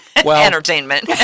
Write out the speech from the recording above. Entertainment